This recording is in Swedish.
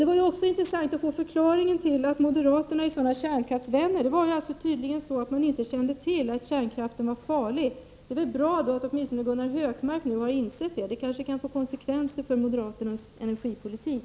Det var också intressant att få förklaringen till att moderaterna är sådana kärnkraftsvänner. Det är tydligen så att man inte känt till att kärnkraften är farlig. Det är väl då bra att åtminstone Gunnar Hökmark nu har insett det. Det kanske kan få konsekvenser för moderaternas energipolitik!